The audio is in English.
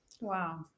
Wow